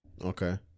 Okay